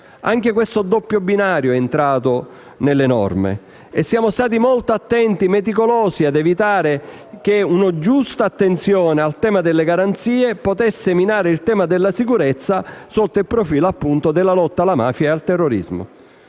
Anche questo doppio binario è entrato tra le norme. E siamo stati molto attenti, meticolosi, nell'evitare che una giusta attenzione al tema delle garanzie potesse minare il tema della sicurezza sotto il profilo, appunto, della lotta alla mafia e al terrorismo.